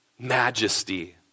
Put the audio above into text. Majesty